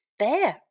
bear